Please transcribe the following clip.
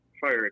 fire